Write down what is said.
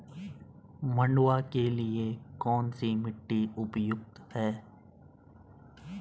मंडुवा के लिए कौन सी मिट्टी उपयुक्त है?